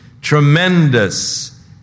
tremendous